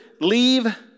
leave